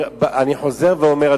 אני חוזר ואומר,